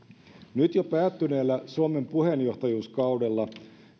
nyt jo päättyneellä suomen puheenjohtajuuskaudella